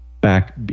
back